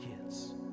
kids